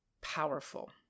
powerful